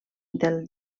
del